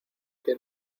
que